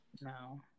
no